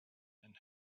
and